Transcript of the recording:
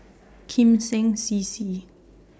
Kim Seng C C